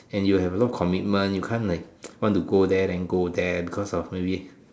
and you have a lot of commitment you can't like want to go there then go there because of maybe